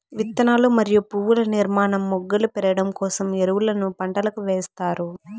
విత్తనాలు మరియు పువ్వుల నిర్మాణం, మొగ్గలు పెరగడం కోసం ఎరువులను పంటలకు ఎస్తారు